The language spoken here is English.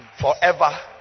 forever